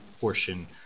portion